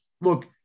Look